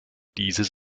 dieses